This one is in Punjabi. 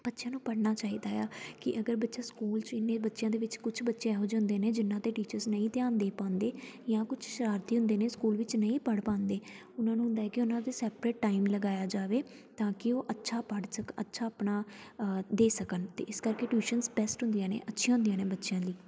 ਬੱਚਿਆਂ ਨੂੰ ਪੜ੍ਹਨਾ ਚਾਹੀਦਾ ਆ ਕਿ ਅਗਰ ਬੱਚਾ ਸਕੂਲ 'ਚ ਇੰਨੇ ਬੱਚਿਆਂ ਦੇ ਵਿੱਚ ਕੁਛ ਬੱਚੇ ਇਹੋ ਜਿਹੇ ਹੁੰਦੇ ਨੇ ਜਿਨ੍ਹਾਂ 'ਤੇ ਟੀਚਰਸ ਨਹੀਂ ਧਿਆਨ ਦੇ ਪਾਉਂਦੇ ਜਾਂ ਕੁਛ ਸ਼ਰਾਰਤੀ ਹੁੰਦੇ ਨੇ ਸਕੂਲ ਵਿੱਚ ਨਹੀਂ ਪੜ੍ਹ ਪਾਉਂਦੇ ਉਨ੍ਹਾਂ ਨੂੰ ਹੁੰਦਾ ਕਿ ਉਨ੍ਹਾਂ 'ਤੇ ਸੈਪਰੇਟ ਟਾਈਮ ਲਗਾਇਆ ਜਾਵੇ ਤਾਂ ਕਿ ਉਹ ਅੱਛਾ ਪੜ੍ਹ ਸਕਣ ਅੱਛਾ ਆਪਣਾ ਦੇ ਸਕਣ ਅਤੇ ਇਸ ਕਰਕੇ ਟਿਊਸ਼ਨਸ ਬੈਸਟ ਹੁੰਦੀਆਂ ਨੇ ਅੱਛੀਆਂ ਹੁੰਦੀਆਂ ਨੇ ਬੱਚਿਆਂ ਲਈ